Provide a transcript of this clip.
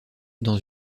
dans